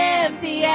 empty